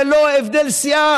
ללא הבדלי סיעה,